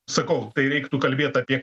sakau tai reiktų kalbėt apie